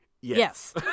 yes